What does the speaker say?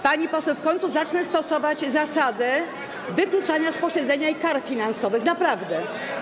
Pani poseł, w końcu zacznę stosować zasady wykluczania z posiedzenia i kar finansowych, naprawdę.